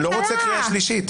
קארין, אני לא רוצה קריאה שלישית.